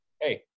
hey